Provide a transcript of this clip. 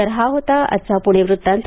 तर हा होता आजचा पुणे वृत्तांत